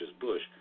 Bush